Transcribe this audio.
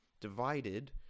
Divided